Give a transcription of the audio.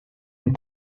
une